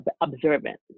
Observant